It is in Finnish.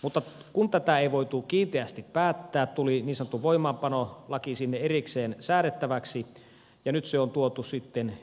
mutta kun tätä ei voitu kiinteästi päättää tuli niin sanottu voimaanpanolaki sinne erikseen säädettäväksi ja nyt se on tuotu sitten eduskuntaan